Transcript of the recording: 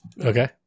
Okay